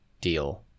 deal